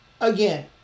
again